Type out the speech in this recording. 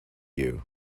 you